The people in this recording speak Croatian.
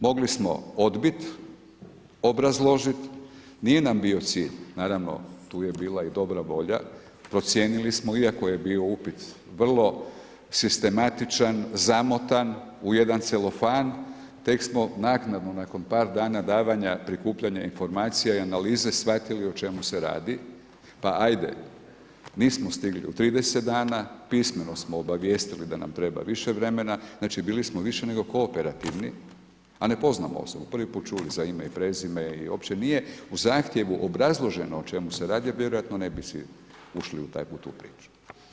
Mogli smo odbit, obrazložit, nije nam bio cilj, naravno tu je bila i dobra volja, procijenili smo iako je bio upit vrlo sistematičan, zamotan u jedan celofan, tek smo naknadno nakon par dana davanja, prikupljanja informacija i analize shvatili o čemu se radi, pa ajde, nismo stigli u 30 dana, pismeno smo obavijestili da nam treba više vremena, znači bili smo više nego kooperativni a ne poznamo osobu, prvi put čuli za ime i prezime i uopće nije u zahtjevu obrazloženo o čemu se radi a vjerojatno ne bi išli u tu priču.